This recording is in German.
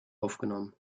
aufgenommen